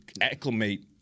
acclimate